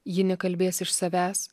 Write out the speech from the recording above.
ji nekalbės iš savęs